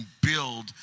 build